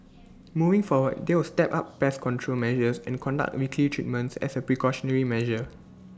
moving forward they will step up pest control measures and conduct weekly treatments as A precautionary measure